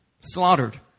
slaughtered